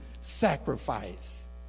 sacrifice